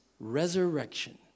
Resurrection